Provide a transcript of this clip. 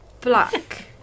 Black